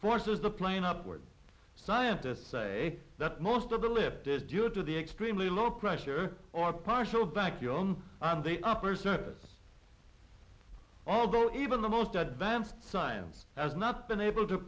forces the plane upwards scientists say that most of the lifted due to the extremely low pressure or partial back your own on the upper surface although even the most advanced science has not been able to